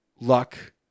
luck